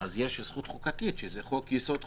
ולכן אני אומר שזה לאו דווקא קשור לעובדה שזה בית עסק,